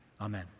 amen